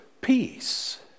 peace